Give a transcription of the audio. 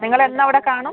നിങ്ങൾ എന്ന് അവിടെ കാണും